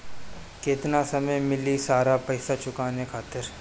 केतना समय मिली सारा पेईसा चुकाने खातिर?